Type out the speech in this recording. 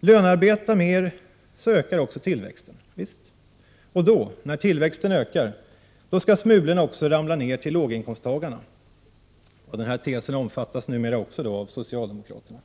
Lönearbeta mer, så ökar tillväxten! Och då — när tillväxten ökar — skall smulorna också ramla ner till låginkomsttagarna. Denna tes omfattas numera också av socialdemokraterna.